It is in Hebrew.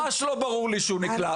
ממש לא ברור לי שהוא נקלע.